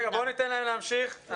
ניתן לסימה להמשיך.